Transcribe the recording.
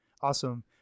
Awesome